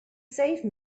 save